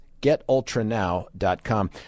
GetUltraNow.com